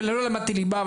לא למדתי ליבה,